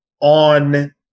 on